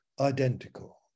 identical